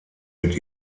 mit